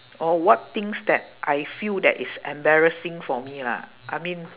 oh what things that I feel that is embarrassing for me lah I mean